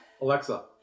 Alexa